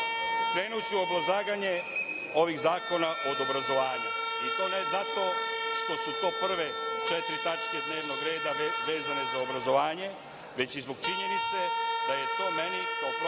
u obrazlaganje ovih zakona o obrazovanju i to ne zato što su to prve četiri tačke dnevnog reda vezane za obrazovanje, već i zbog činjenice da je to meni kao prosvetnom